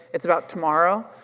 it's about tomorrow,